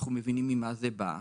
אנחנו מבינים ממה זה בא,